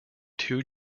two